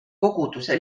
koguduse